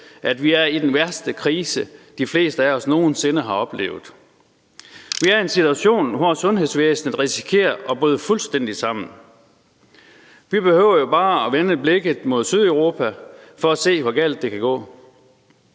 at vi er i den værste krise, de fleste af os nogen sinde har oplevet. Vi er i en situation, hvor sundhedsvæsenet risikerer at bryde fuldstændig sammen. Vi behøver bare at vende blikket mod Sydeuropa for at se, hvor galt det kan gå.